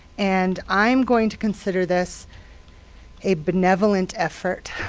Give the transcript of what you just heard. and i'm going to consider this a benevolent effort